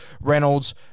Reynolds